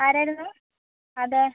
ആരായിരുന്നു അതെ